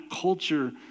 culture